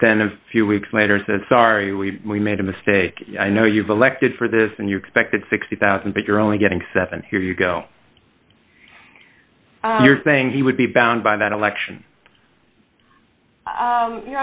but then a few weeks later said sorry we we made a mistake i know you've elected for this and you expected sixty thousand but you're only getting seven here you go your thing he would be bound by that election